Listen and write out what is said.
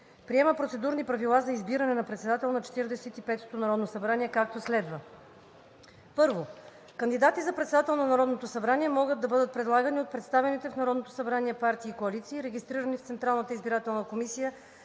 Приема Процедурни правила за избиране на председател на Четиридесет и петото народното събрание, както следва: 1. Кандидати за председател на Народното събрание могат да бъдат предлагани от представените в Народното събрание партии и коалиции, регистрирани в Централната избирателна комисия